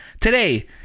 Today